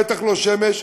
בטח לא שמש,